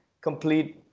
complete